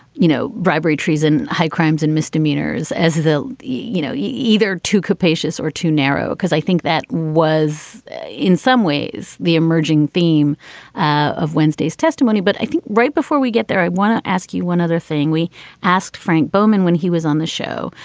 you know, bribery, treason, high crimes and misdemeanors as the, you know, either to capacious or to narrow, because i think that was in some ways the emerging theme of wednesday's testimony. but i think right before we get there, i want to ask you one other thing we asked frank bowmen when he was on the show.